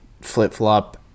flip-flop